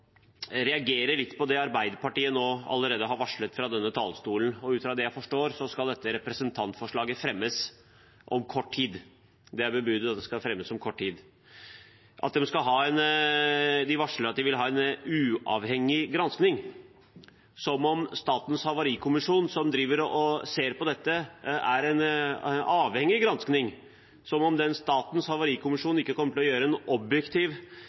litt på det Arbeiderpartiet allerede nå har varslet fra denne talerstolen. Ut fra det jeg forstår, er det bebudet at dette representantforslaget skal fremmes om kort tid. De varsler at de vil ha en uavhengig gransking – som om Statens havarikommisjon, som ser på dette, ikke er en uavhengig gransking, som om Statens havarikommisjon ikke kommer til å gjøre en objektiv